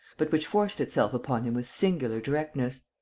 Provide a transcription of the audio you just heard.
but which forced itself upon him with singular directness.